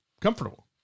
comfortable